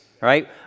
right